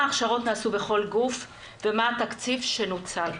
הכשרות נעשו בכל גוף ומה התקציב שנוצל,